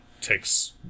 takes